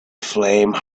flame